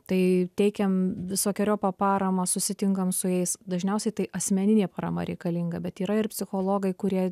tai teikiam visokeriopą paramą susitinkam su jais dažniausiai tai asmeninė parama reikalinga bet yra ir psichologai kurie